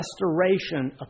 restoration